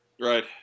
Right